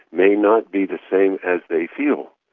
may not be the same as they feel,